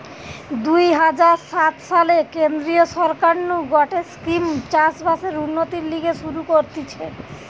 দুই হাজার সাত সালে কেন্দ্রীয় সরকার নু গটে স্কিম চাষ বাসের উন্নতির লিগে শুরু করতিছে